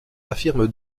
affirme